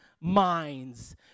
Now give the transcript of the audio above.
minds